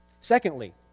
Secondly